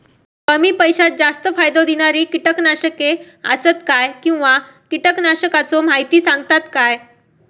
कमी पैशात जास्त फायदो दिणारी किटकनाशके आसत काय किंवा कीटकनाशकाचो माहिती सांगतात काय?